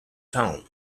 town